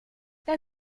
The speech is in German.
der